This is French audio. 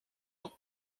alors